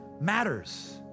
matters